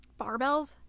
Barbells